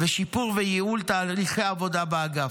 שיפור וייעול תהליכי עבודה באגף.